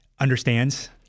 understands